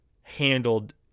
handled